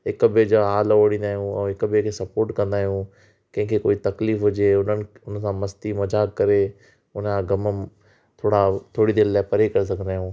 हिकु ॿिए जा हाल ओड़ींदा आहियूं ऐं हिकु ॿिए खे सपोर्ट कंदा आहियूं कंहिंखे कोई तकलीफ़ु हुजे हुननि सां मस्ती मज़ाक करे हुन जा ग़म थोरा थोरी देर लाइ परे करे सघंदा आहियूं